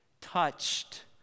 touched